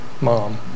mom